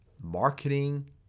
marketing